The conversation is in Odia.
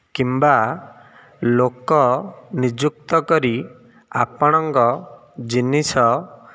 କିମ୍ବା ଲୋକ ନିଯୁକ୍ତ କରି ଆପଣଙ୍କ ଜିନିଷ